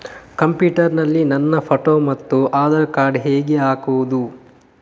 Computer ನಲ್ಲಿ ನನ್ನ photo ಮತ್ತು ಆಧಾರ್ ಕಾರ್ಡ್ ಹೇಗೆ ಹಾಕುವುದು?